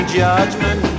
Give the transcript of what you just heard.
judgment